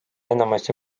enamasti